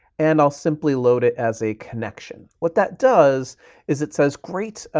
and i'll simply load it as a connection. what that does is it says great,